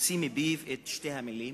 הוציא מפיו את שתי המלים,